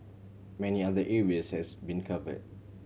many other areas has been cover